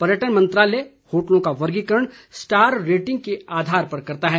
पर्यटन मंत्रालय होटलों का वर्गीकरण स्टार रेटिंग के आधार पर करता है